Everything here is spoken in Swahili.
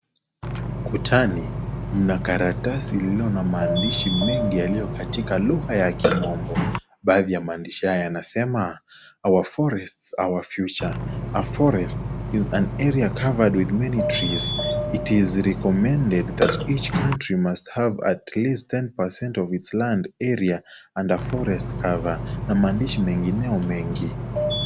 Kutani, mna karatasi lililo na maandishi mengi yaliyo katika lugha ya kimombo. Baadhi ya maandishi haya yanasema; cs(Our forests our future. A forest is an area covered with many trees. It is recommended that each country must have at least ten percent ot it's land area under forest cover) na maandishi mengineo mengi.